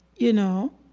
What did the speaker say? you know,